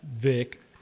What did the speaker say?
Vic